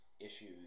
issues